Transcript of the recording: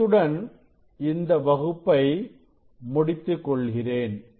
இத்துடன் இந்த வகுப்பை முடித்துக் கொள்கிறேன்